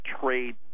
trade